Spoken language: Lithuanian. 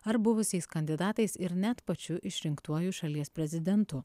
ar buvusiais kandidatais ir net pačiu išrinktuoju šalies prezidentu